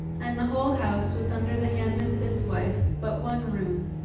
and the whole house was under the hand of this wife but one room,